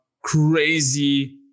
crazy